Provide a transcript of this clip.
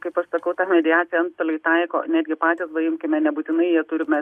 kaip aš sakau tą mediaciją antstoliai taiko netgi patys va imkime nebūtinai jie turi mes